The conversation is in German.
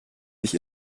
sich